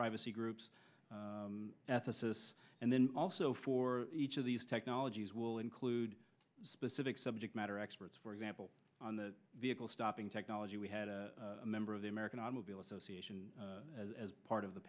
privacy groups ethicists and then also for each of these technologies will include specific subject matter experts for example on the vehicle stopping technology we had a member of the american automobile association as part of the